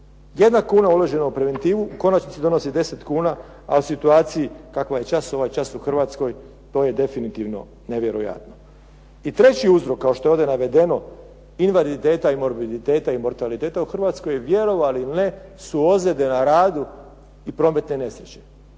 Jedna kuna uložena u preventivu u konačnici donosi 10 kuna, a u situaciji kakva je ovaj čas u Hrvatskoj, to je definitivno nevjerojatno. I treći uzrok, kao što je ovdje navedeno, invaliditeta i morbiditeta i mortaliteta u Hrvatskoj, vjerovali ili ne, su ozljede na radu i prometne nesreće.